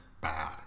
bad